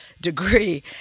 degree